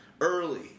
early